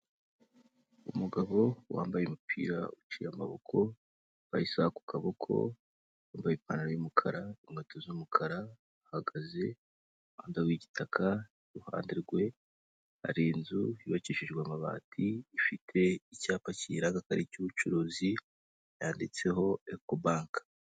Umugabo wambaye umupira uciye amaboko, wambaye isaha ku kaboko, wambaye ipantaro y'umukara, inkweto z'umukara, ahagaze ku muhanda w'igitaka, iruhande rwe hari inzu yubakishijwe amabati, ifite icyapa kiyiranga ko ari icy'ubucuruzi, yanditseho Ecobank.